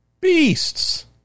beasts